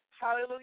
hallelujah